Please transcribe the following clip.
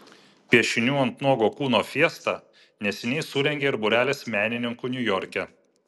piešinių ant nuogo kūno fiestą neseniai surengė ir būrelis menininkų niujorke